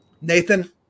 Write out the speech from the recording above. Nathan